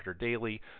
Daily